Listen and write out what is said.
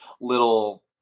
little